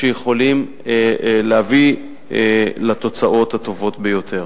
שיכולים להביא לתוצאות הטובות ביותר.